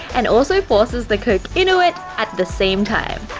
and also forces the coke into it at the same time,